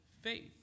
faith